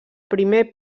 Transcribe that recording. primer